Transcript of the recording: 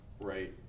right